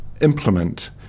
implement